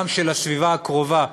גם של הסביבה הקרובה,